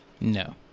no